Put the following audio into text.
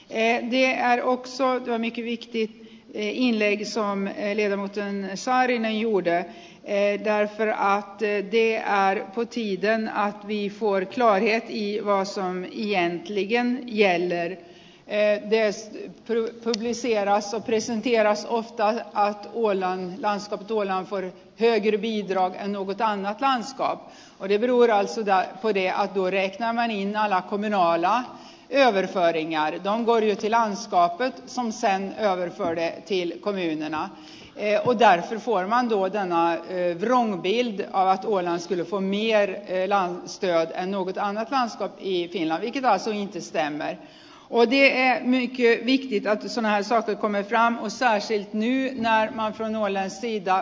leevi jääny okso jani kivitettiin teille eli on saarinen juudean heidän periaatteen sijaan koti ideana on viime vuodet nainen joka on jäänyt liian jäille ettei syyttely asiassa lisän vierasjohtoon voidaan päästä tuoda ford teki niin nukutaan ranskaa videoidaan ja huivia uudelta maininnalla kun minua ajaa ja virkailijaa on kodin tilaan vaatteet on sää ja koneen tiilen kohinaa ja uidaan kuorman jag är helt enig med dem som här vill stoppa den olagliga verksamheten och det hade mycket väl kunnat ske om man hade fört en dialog i ärendet